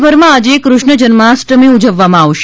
રાજયભરમાં આજે કૃષ્ણ જન્માષ્ટમી ઉજવવામાં આવશે